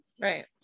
Right